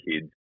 kids